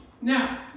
Now